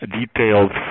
detailed